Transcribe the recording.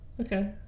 Okay